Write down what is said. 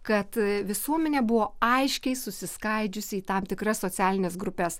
kad visuomenė buvo aiškiai susiskaidžiusi į tam tikras socialines grupes